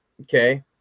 okay